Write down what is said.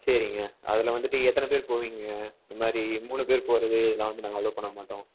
சரிங்க அதில் வந்துட்டு எத்தனைப்பேர் போவீங்க இதுமாதிரி மூணு பேர் போகிறதுலாம் வந்து நாங்கள் அலோவ் பண்ண மாட்டோம்